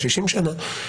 60 שנה.